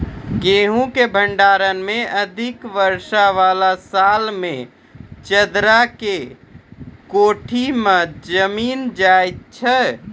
गेहूँ के भंडारण मे अधिक वर्षा वाला साल मे चदरा के कोठी मे जमीन जाय छैय?